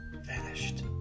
vanished